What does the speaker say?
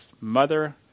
mother